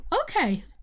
okay